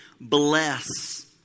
bless